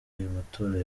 matora